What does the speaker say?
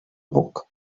buc